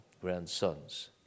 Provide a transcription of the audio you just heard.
grandsons